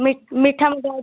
ମି ମିଠା ମକା ଅଛି